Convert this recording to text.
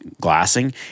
glassing